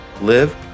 live